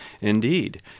Indeed